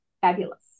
fabulous